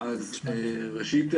ראשית,